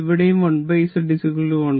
ഇവിടെയും 1Z 1Z11Z2